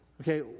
Okay